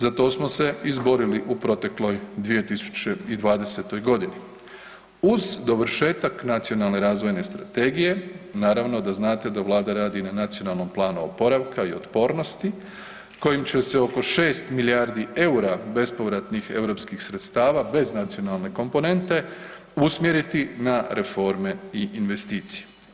Za to smo se izborili u protekloj 2020.g. Uz dovršetak Nacionalne razvojne strategije naravno da znate da vlada radi i na Nacionalnom planu oporavka i otpornosti kojim će se oko 6 milijardi EUR-a bespovratnih europskih sredstava bez nacionalne komponente usmjeriti na reforme i investicije.